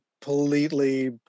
completely